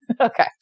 Okay